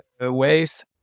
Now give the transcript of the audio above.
ways